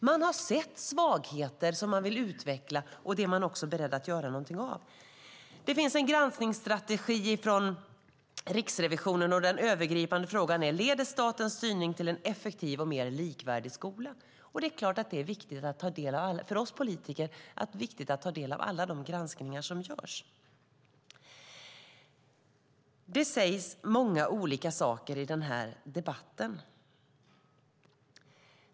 Man har sett svagheter som man vill göra någonting åt. Det finns en granskningsstrategi från Riksrevisionen, och den övergripande frågan är: Leder statens styrning till en effektiv och mer likvärdig skola? Det är klart att det är viktigt för oss politiker att ta del av alla de granskningar som görs. Det sägs många olika saker i den här debatten.